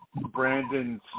Brandon